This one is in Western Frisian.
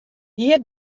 hie